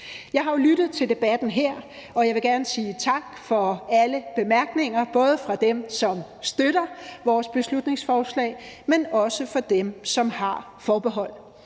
Jeg har jo lyttet til debatten her, og jeg vil gerne sige tak for alle bemærkningerne, både fra dem, som støtter vores beslutningsforslag, men også fra dem, som har forbehold.